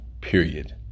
period